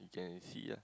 can you see ah